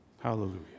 Hallelujah